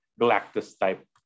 Galactus-type